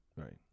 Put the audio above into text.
Right